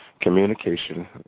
communication